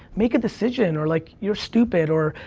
make a decision, or like, you're stupid, or,